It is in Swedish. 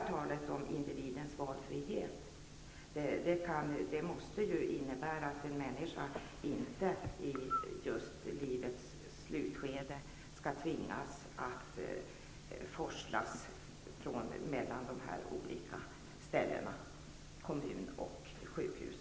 Talet om individens valfrihet måste innebära att en människa i livets slutskede inte skall tvingas att forslas mellan kommunens boendeformer och sjukhus.